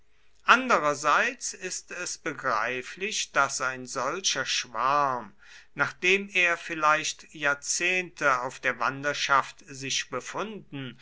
andererseits ist es begreiflich daß ein solcher schwarm nachdem er vielleicht jahrzehnte auf der wanderschaft sich befunden